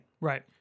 Right